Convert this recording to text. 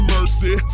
Mercy